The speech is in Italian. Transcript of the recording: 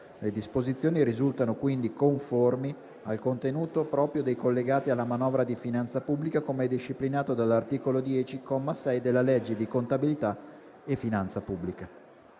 Le disposizioni risultano quindi conformi al contenuto proprio dei collegati alla manovra di finanza pubblica, come disciplinato dall'articolo 10, comma 6, della legge di contabilità e finanza pubblica».